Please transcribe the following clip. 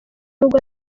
urugo